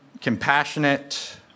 compassionate